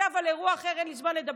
זה אירוע אחר, ואין לי זמן לדבר.